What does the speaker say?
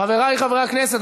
חברי חברי הכנסת,